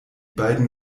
beiden